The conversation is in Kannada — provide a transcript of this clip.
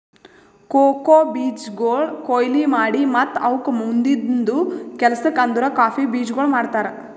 ಕೋಕೋ ಬೀಜಗೊಳ್ ಕೊಯ್ಲಿ ಮಾಡಿ ಮತ್ತ ಅವುಕ್ ಮುಂದಿಂದು ಕೆಲಸಕ್ ಅಂದುರ್ ಕಾಫಿ ಬೀಜಗೊಳ್ ಮಾಡ್ತಾರ್